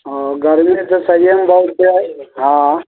ओ गर्मी तऽ सहिएमे बहुत छै आइ